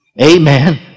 Amen